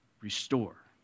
restore